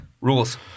Rules